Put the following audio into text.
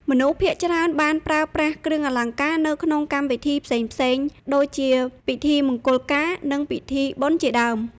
មនុស្សភាគច្រើនបានប្រើប្រាស់គ្រឿងអលង្ការនៅក្នុងកម្មវិធីផ្សេងៗដូចជា ពិធីមង្គលការ និងពិធីបុណ្យជាដើម។